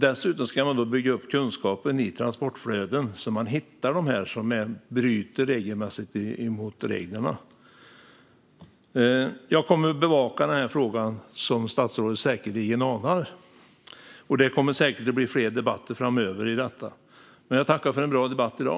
Dessutom ska man bygga upp kunskapen om transportflöden, så att man hittar dem som regelmässigt bryter mot reglerna. Jag kommer att bevaka frågan, som statsrådet säkerligen anar. Det kommer säkert att bli fler debatter framöver om detta, men jag tackar för en bra debatt i dag.